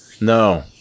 No